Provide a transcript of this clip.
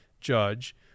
Judge